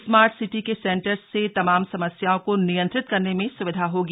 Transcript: smart city के centre से तमाम समस्याओं को नियंत्रित करने में सुविधा होगी